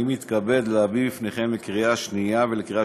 אני מתכבד להביא בפניכם לקריאה שנייה ולקריאה